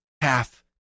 half